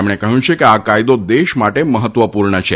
તેમણે કહ્યું છે કે આ કાયદો દેશ માટે મહત્વપૂર્ણ છે